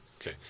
Okay